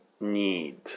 need